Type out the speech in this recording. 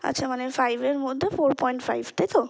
আচ্ছা মানে ফাইভের মধ্যে ফোর পয়েন্ট ফাইভ তাই তো